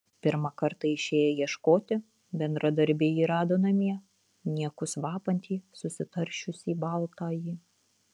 pirmą kartą išėję ieškoti bendradarbiai jį rado namie niekus vapantį susitaršiusį baltąjį